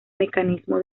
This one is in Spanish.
mecanismo